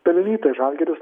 pelnytai žalgiris